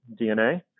DNA